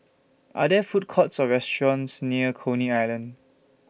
Are There Food Courts Or restaurants near Coney Island